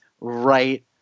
right